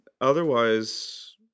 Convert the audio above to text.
Otherwise